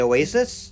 Oasis